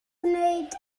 gwneud